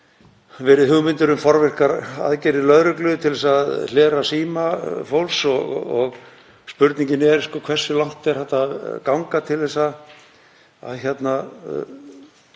verið hugmyndir um forvirkar aðgerðir lögreglu til að hlera síma fólks og spurningin er hversu langt er hægt að ganga til þessa að fá